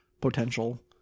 potential